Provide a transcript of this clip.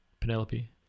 Penelope